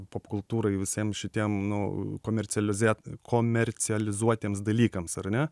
popkultūrai visiem šitiem nu komercialize komercializuotiems dalykams ar ne